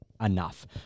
enough